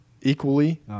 Equally